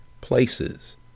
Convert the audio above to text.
places